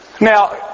Now